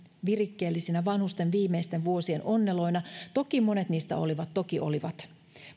virikkeellisinä vanhusten viimeisten vuosien onneloina toki monet niistä olivat toki olivat